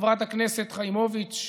חברת הכנסת חיימוביץ',